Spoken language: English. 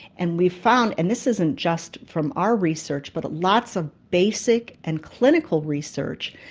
and we've found, and this isn't just from our research but lots of basic and clinical research,